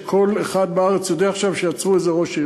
שכל אחד בארץ יודע עכשיו שעצרו איזה ראש עיר.